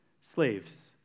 slaves